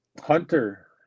hunter